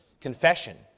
confession